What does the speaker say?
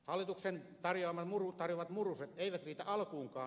hallituksen tarjoamat muruset eivät riitä alkuunkaan